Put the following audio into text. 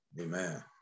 Amen